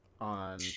on